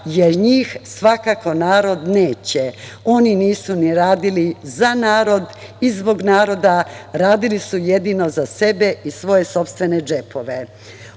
jer njih svakako narod neće. Oni nisu ni radili za narod i zbog naroda, radili su jedino za sebe i svoje sopstvene džepove. Ono